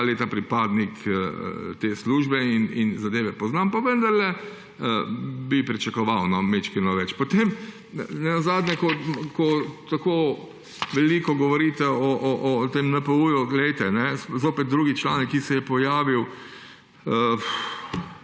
vsa leta pripadnik te službe in zadeve poznam, pa vendarle bi pričakoval majčkeno več. Potem nenazadnje, ko tako veliko govorite o tem NPU, glejte, zopet drug članek, ki se je pojavil: